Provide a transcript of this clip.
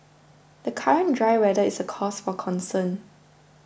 the current dry weather is a cause for concern